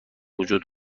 وجود